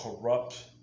corrupt